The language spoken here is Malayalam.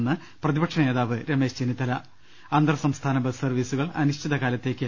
മെന്ന് പ്രതിപക്ഷനേതാവ് രമേശ് ചെന്നിത്തല അന്തർസംസ്ഥാന ബസ് സർവീസുകൾ അനിശ്ചിത കാല ത്തേക്ക്